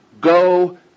go